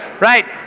Right